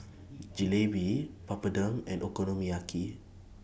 Jalebi Papadum and Okonomiyaki